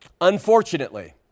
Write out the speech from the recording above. Unfortunately